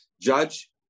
judge